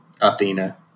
Athena